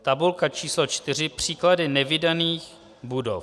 Tabulka č. 4 Příklady nevydaných budov.